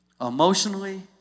emotionally